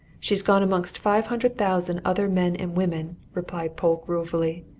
she's gone amongst five hundred thousand other men and women, replied polke ruefully.